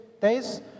days